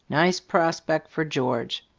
nice prospect for george.